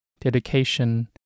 dedication